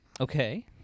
Okay